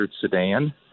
sedan